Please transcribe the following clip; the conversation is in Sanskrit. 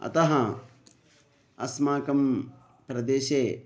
अतः अस्माकं प्रदेशे